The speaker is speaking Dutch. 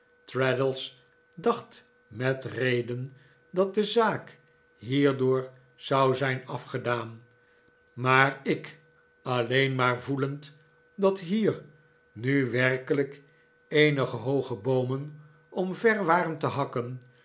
dacht met reden dat de zaak hierdoor zou zijn afgedaan maar ik alleen maar voelend dat hier nu werkelijk eenige hooge boomen omver waren te hakken